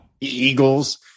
Eagles